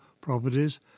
properties